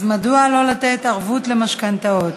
אז מדוע לא לתת ערבות למשכנתאות?